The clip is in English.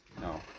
No